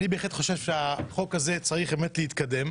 אני בהחלט חושב שהחוק הזה צריך להתקדם.